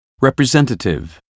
representative